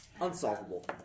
Unsolvable